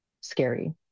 scary